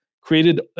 created